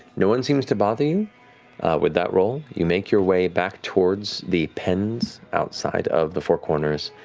no one seems to bother you with that roll. you make your way back towards the pens outside of the four corners,